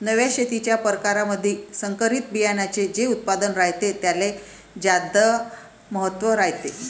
नव्या शेतीच्या परकारामंधी संकरित बियान्याचे जे उत्पादन रायते त्याले ज्यादा महत्त्व रायते